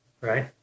right